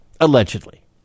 Allegedly